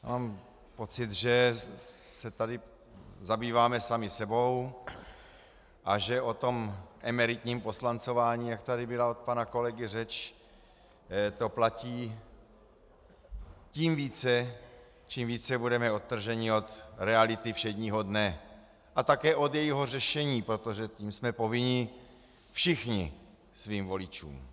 Mám pocit, že se tady zabýváme sami sebou a že o tom emeritním poslancování, jak tady byla od pana kolegy řeč, to platí tím více, čím více budeme odtrženi od reality všedního dne a také od jejího řešení, protože tím jsme povinni všichni svým voličům.